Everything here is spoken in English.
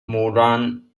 moran